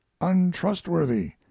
untrustworthy